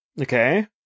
Okay